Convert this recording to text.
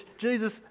Jesus